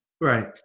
Right